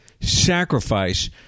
sacrifice